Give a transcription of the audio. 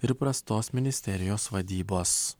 ir prastos ministerijos vadybos